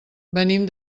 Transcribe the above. venim